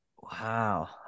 wow